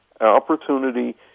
opportunity